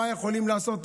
יכולים לעשות,